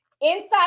Inside